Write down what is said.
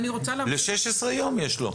ל-16 יום יש לו.